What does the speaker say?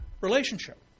relationship